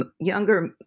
younger